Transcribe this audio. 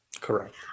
Correct